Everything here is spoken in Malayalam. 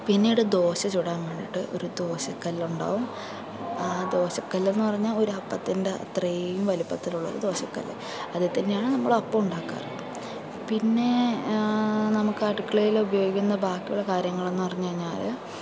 പിന്നീട് ദോശ ചുടാൻ വേണ്ടിയിട്ട് ഒരു ദോശക്കല്ലുണ്ടാകും ആ ദോശക്കല്ലെന്നു പറഞ്ഞാൽ ഒരപ്പത്തിൻ്റെ അത്രയും വലിപ്പത്തിലുള്ളൊരു ദോശക്കല്ല് അതിൽ തന്നെയാണ് നമ്മൾ അപ്പമുണ്ടാക്കാറ് പിന്നെ നമ്മൾക്ക് അടുക്കളയിൽ ഉപയോഗിക്കുന്ന ബാക്കിയുള്ള കാര്യങ്ങളെന്ന് പറഞ്ഞു കഴിഞ്ഞാൽ